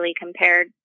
compared